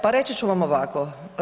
Pa reći ću vam ovako.